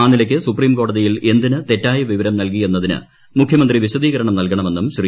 ആ നിലയക്ക് സുപ്രീംകോടതിയിൽ എന്തിന് തെറ്റായ വിവരം നൽകി എന്നതിന് മുഖ്യമന്ത്രി വിശദീകരണം നൽകണമെന്നും ശ്രീ